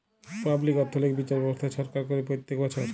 public অথ্থলৈতিক বিচার ব্যবস্থা ছরকার ক্যরে প্যত্তেক বচ্ছর